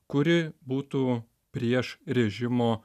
kuri būtų prieš režimo